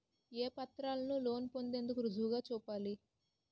ఏ పత్రాలను లోన్ పొందేందుకు రుజువుగా చూపాలి?